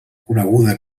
coneguda